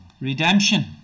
Redemption